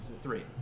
three